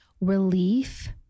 relief